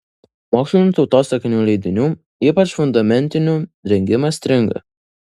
mokslinių tautosakinių leidinių ypač fundamentinių rengimas stringa